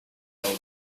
old